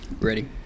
Ready